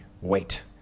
wait